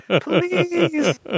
please